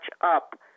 up